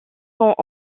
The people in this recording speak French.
sont